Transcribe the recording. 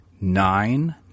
nine